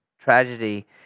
tragedy